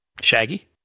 Shaggy